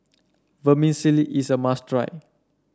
vermicelli is a must try